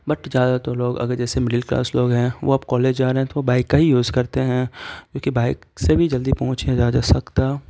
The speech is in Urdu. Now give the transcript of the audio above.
بٹ زیادہ تو لوگ اگر جیسے مڈل کلاس لوگ ہیں وہ اب کالج جا رہے ہیں تو وہ بائک کا ہی یوز کرتے ہیں کیونکہ بائک سے بھی جلدی پہنچ ہے جایا سکتا